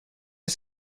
ist